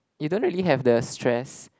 you don't really have the stress